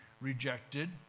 rejected